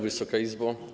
Wysoka Izbo!